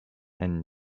and